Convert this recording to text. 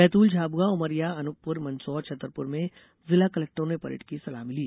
बैतूल झाबुआ उमरिया अनूपपुर मंदसौर छतरपुर में जिला कलेक्टरों ने परेड की सलामी ली